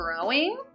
growing